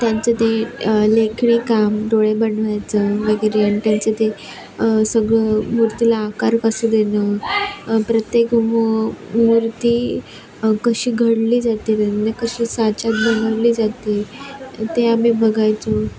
त्यांचं ते लेखणी काम डोळे बनवायचं वगैरे त्यांचं ते सगळं मूर्तीला आकार कसं देणं प्रत्येक म मूर्ती कशी घडली जाते कशी साचात बनवली जाते ते आम्ही बघायचो